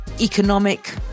economic